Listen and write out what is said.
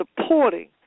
supporting